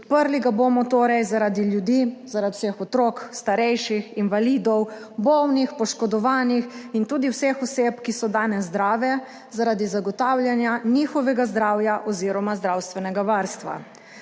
Podprli ga bomo torej zaradi ljudi, zaradi vseh otrok, starejših, invalidov, bolnih, poškodovanih in tudi vseh oseb, ki so danes zdrave, zaradi zagotavljanja njihovega zdravja oziroma zdravstvenega varstva.